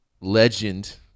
legend